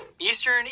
Eastern